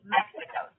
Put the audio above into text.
Mexico